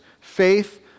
faith